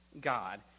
God